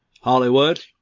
hollywood